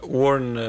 warn